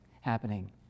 happening